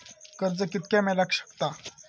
कर्ज कितक्या मेलाक शकता?